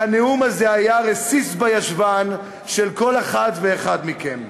שהנאום הזה היה רסיס בישבן של כל אחד ואחד מכם.